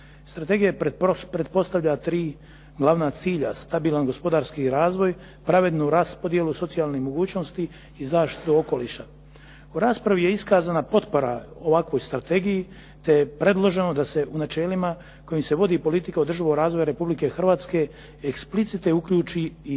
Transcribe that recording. Strategija pretpostavlja 3 glavna cilja. Stabilan gospodarski razvoj, pravednu raspodjelu socijalne mogućnosti i zaštitu okoliša. U raspravi je iskazana i potpora ovakvoj strategiji, te je predloženo da se u na čelima kojim se vodi politika održivog razvoja Republike Hrvatske eksplicite uključi i